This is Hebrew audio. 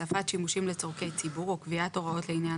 הוספת שימושים לצרכי ציבור או קביעת הוראות לעניין